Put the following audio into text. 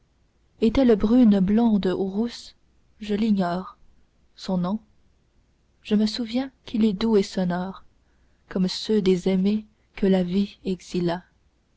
est-elle brune blonde ou rousse je l'ignore son nom je me souviens qu'il est doux et sonore comme ceux des aimés que la vie exila